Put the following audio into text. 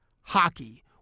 hockey